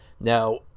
Now